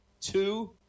two